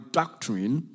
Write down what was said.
doctrine